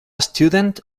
student